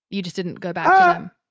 you just didn't go back um